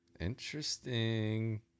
Interesting